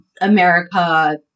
America